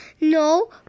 No